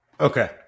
Okay